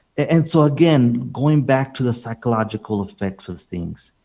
and so again, going back to the psychological effects of things.